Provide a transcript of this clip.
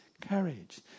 courage